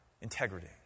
Integrity